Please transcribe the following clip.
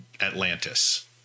Atlantis